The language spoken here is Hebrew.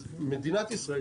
אז מדינת ישראל,